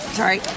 sorry